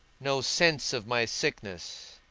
no sense of my sickness.